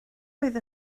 oedd